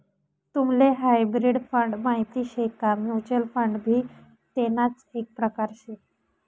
तुम्हले hybrid fund माहित शे का? म्युच्युअल फंड भी तेणाच एक प्रकार से